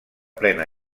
plena